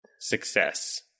success